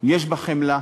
יש בה חמלה,